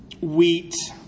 wheat